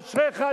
אשריך,